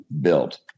built